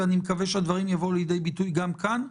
ואני מקווה שהדברים יבואו לידי ביטוי גם כאן,